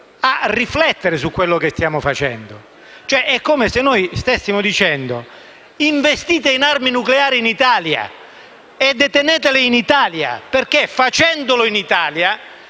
a riflettere su quello che stiamo facendo. È come se stessimo dicendo: investite in armi nucleari in Italia e detenetele in Italia perché, facendolo, vi